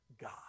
God